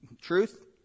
truth